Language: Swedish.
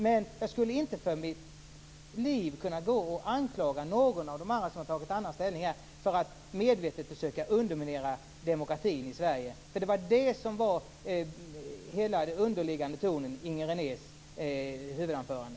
Men jag skulle inte för mitt liv kunna anklaga någon som gjort ett annat ställningstagande för att medvetet försöka underminera demokratin i Sverige. Det var ju det som präglade den underliggande tonen i Inger Renés huvudanförande.